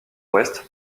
ouest